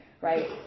right